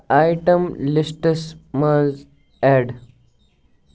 item لِسٹَس منٛز add